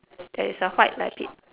there is a white rabbit